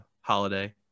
Holiday